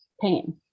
pain